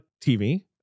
TV